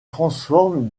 transforment